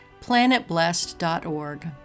PlanetBlessed.org